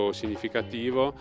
significativo